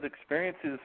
experiences